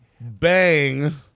Bang